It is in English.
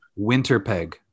Winterpeg